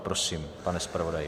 Prosím, pane zpravodaji.